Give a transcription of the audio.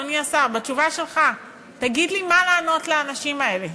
אדוני השר: בתשובה שלך תגיד לי מה לענות לאנשים האלה,